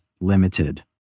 Limited